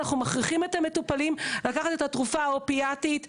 אנחנו מכריחים את המטופלים לקחת את התרופה האופיאטית,